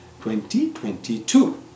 2022